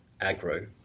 agro